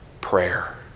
prayer